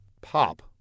Pop